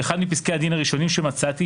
באחד מפסקי הדין הראשונים שמצאתי,